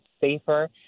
safer